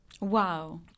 Wow